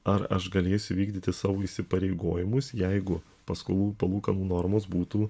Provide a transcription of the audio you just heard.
ar aš galėsiu įvykdyti savo įsipareigojimus jeigu paskolų palūkanų normos būtų